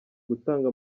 gutanga